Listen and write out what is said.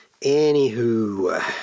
Anywho